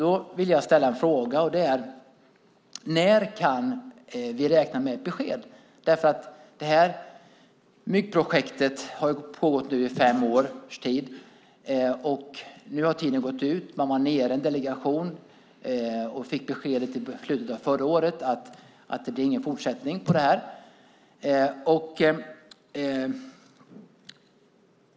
Då vill jag ställa en fråga: När kan vi räkna med ett besked? Det här myggprojektet har ju pågått i fem års tid, och nu har tiden gått ut. En delegation därifrån var nere här i slutet av förra året och fick beskedet att det inte blir någon fortsättning på projektet.